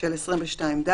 של 22ד: